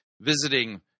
visiting